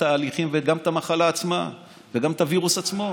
התהליכים וגם המחלה עצמה וגם הווירוס עצמו.